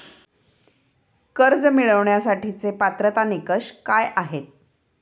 कर्ज मिळवण्यासाठीचे पात्रता निकष काय आहेत?